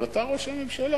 אבל אתה ראש הממשלה.